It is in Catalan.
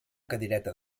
cadireta